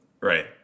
right